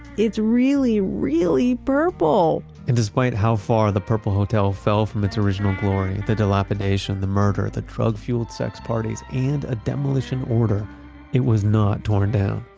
it's really, really purple. and despite how far the purple hotel fell from its original glory, the delapidation, the murder, the drug-fueled sex parties and a demolition order it was not torn down.